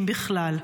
אם בכלל,